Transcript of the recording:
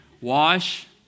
Wash